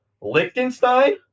Liechtenstein